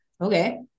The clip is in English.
okay